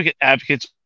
Advocates